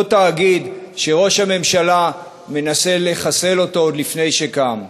אותו תאגיד שראש הממשלה מנסה לחסל אותו עוד לפני שקם.